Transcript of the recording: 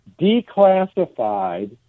declassified